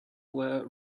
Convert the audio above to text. were